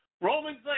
romans